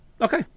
okay